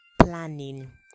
planning